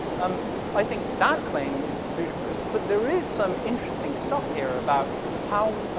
um, i think that claim is ludicrous, but there is some interesting stuff here about how,